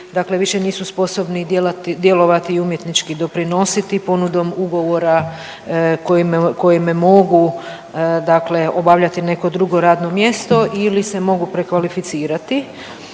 dakle više nisu sposobni djelati, djelovati i umjetnički doprinositi ponudom ugovora kojima mogu dakle obavljati neko drugo radno mjesto ili se mogu prekvalificirati.